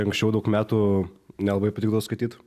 anksčiau daug metų nelabai patikdavo skaityt